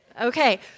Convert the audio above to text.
Okay